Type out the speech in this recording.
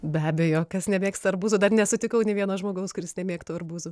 be abejo kas nemėgsta arbūzų dar nesutikau nė vieno žmogaus kuris nemėgtų arbūzų